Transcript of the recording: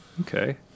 okay